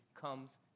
comes